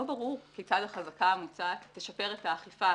לא ברור כיצד החזקה המוצעת תשפר את האכיפה,